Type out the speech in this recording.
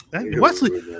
Wesley